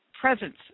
presence